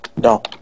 No